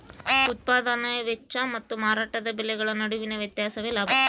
ಉತ್ಪದಾನೆ ವೆಚ್ಚ ಮತ್ತು ಮಾರಾಟದ ಬೆಲೆಗಳ ನಡುವಿನ ವ್ಯತ್ಯಾಸವೇ ಲಾಭ